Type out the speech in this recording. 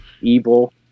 Evil